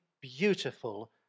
beautiful